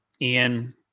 Ian